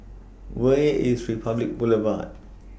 Where IS Republic Boulevard